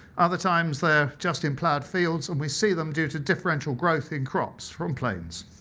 other times they're just in plowed fields, and we see them due to differential growth in crops from planes.